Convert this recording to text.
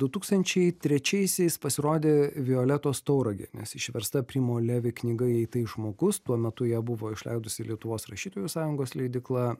du tūkstančiai trečiaisiais pasirodė violetos tauragienės išversta primo levi knyga jei tai žmogus tuo metu ją buvo išleidusi lietuvos rašytojų sąjungos leidykla